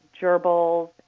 gerbils